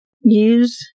use